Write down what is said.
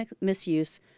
misuse